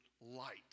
light